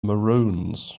maroons